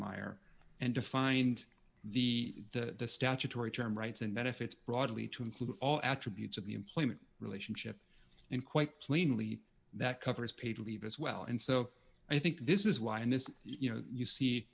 meyer and defined the the statutory term rights and benefits broadly to include all attributes of the employment relationship in quite plainly that covers paid leave as well and so i think this is why in this you know you see